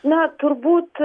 na turbūt